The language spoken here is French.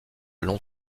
long